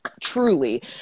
truly